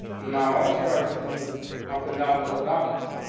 now, also, i can move up and down the whole document.